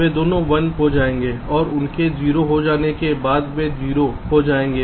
वे दोनों 1 हो जाएंगे और उनके 0 हो जाने के बाद वे 0 हो जाएंगे